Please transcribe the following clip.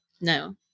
no